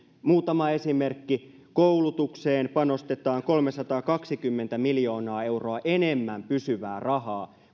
muutama esimerkki koulutukseen panostetaan kolmesataakaksikymmentä miljoonaa euroa enemmän pysyvää rahaa